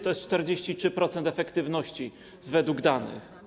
To jest 43% efektywności według danych.